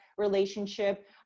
relationship